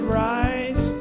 rise